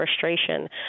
frustration